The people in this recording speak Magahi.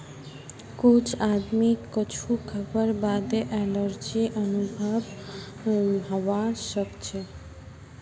कुछ आदमीक कद्दू खावार बादे एलर्जी अनुभव हवा सक छे